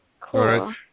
cool